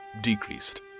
decreased